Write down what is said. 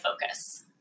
focus